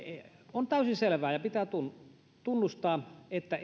on täysin selvää ja pitää tunnustaa että